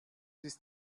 ist